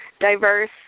diverse